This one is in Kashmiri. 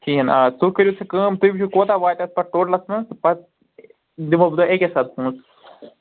کِہیٖنۍ آ تۄہہِ کٔرِو سۅ کٲم تُہۍ وُچھُو کوتاہ واتہِ اتھ پتہٕ ٹوٹلس منٛز پتہٕ دِمہو بہٕ تۅہہِ اَکے ساتہٕ پونٛسہٕ